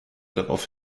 darauf